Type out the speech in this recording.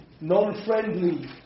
non-friendly